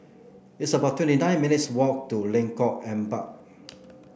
it's about twenty nine minutes' walk to Lengkok Empat